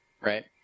right